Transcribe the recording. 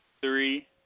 three